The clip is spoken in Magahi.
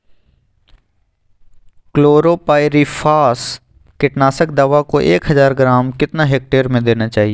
क्लोरोपाइरीफास कीटनाशक दवा को एक हज़ार ग्राम कितना हेक्टेयर में देना चाहिए?